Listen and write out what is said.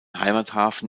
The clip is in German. heimathafen